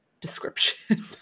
description